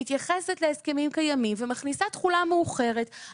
גם שם יש הוראת מעבר שמתייחסת להסכמים קיימים ומכניסה תחולה מאוחרת.